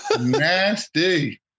Nasty